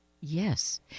Yes